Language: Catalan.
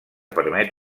permet